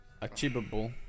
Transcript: achievable